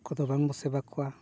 ᱠᱚᱫᱚ ᱵᱟᱝ ᱵᱚᱱ ᱥᱮᱵᱟ ᱠᱚᱣᱟ